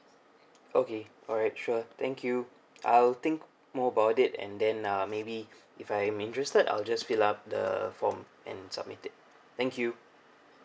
okay alright sure thank you I'll think more about it and then uh maybe if I'm interested I'll just fill up the form and submit it thank you